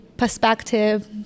perspective